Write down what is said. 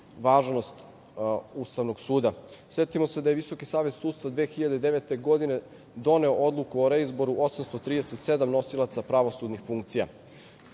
važnost Ustavnog suda. Setimo se da je Visoki Savet sudstva 2009. godine doneo odluku o reizboru 837 nosilaca pravosudnih funkcija.